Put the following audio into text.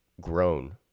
grown